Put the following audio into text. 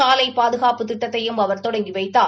சாலை பாதுகாப்பு திட்டத்தையும் அவர் தொடங்கி வைத்தார்